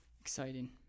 exciting